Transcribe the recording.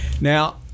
Now